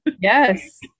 Yes